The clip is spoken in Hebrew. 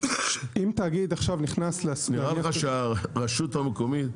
נראה לך שהרשות המקומית,